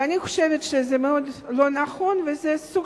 אני חושבת שזה מאוד לא נכון וזה סוג